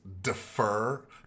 defer